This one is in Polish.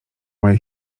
moja